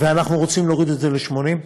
ואנחנו רוצים להוריד את זה ל-80.